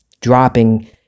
dropping